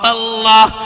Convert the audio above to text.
Allah